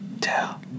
tell